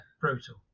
brutal